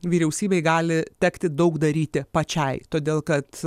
vyriausybei gali tekti daug daryti pačiai todėl kad